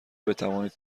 بتوانید